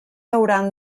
hauran